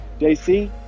JC